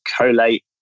collate